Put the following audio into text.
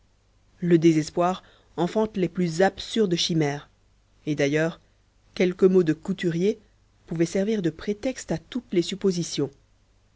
le désespoir enfante les plus absurdes chimères et d'ailleurs quelques mots de couturier pouvaient servir de prétexte à toutes les suppositions